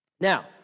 Now